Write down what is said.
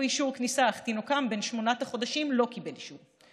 אישור כניסה אך תינוקם בן שמונת החודשים לא קיבל אישור.